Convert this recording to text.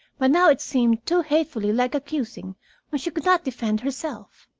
but now it seemed too hatefully like accusing when she could not defend herself.